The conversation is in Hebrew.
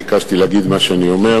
בבקשה, אדוני.